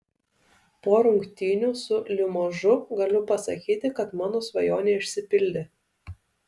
po rungtynių su limožu galiu pasakyti kad mano svajonė išsipildė